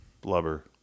Blubber